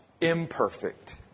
imperfect